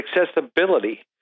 accessibility